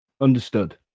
Understood